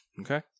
Okay